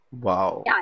Wow